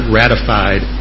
ratified